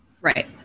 Right